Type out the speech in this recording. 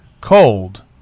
Cold